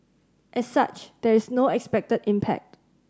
as such there is no expected impact